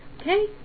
Okay